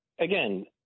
Again